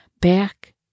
back